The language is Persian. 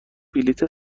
بلیط